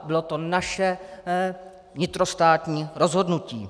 Bylo to naše vnitrostátní rozhodnutí.